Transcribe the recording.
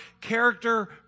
character